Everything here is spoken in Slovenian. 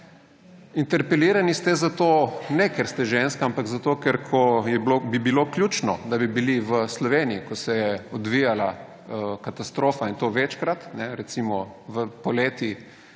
Interpelirani niste zato, ker ste ženska, ampak zato, ker ste bili, ko bi bilo ključno, da bi bili v Sloveniji, ko se je odvijala katastrofa, in to večkrat, recimo poleti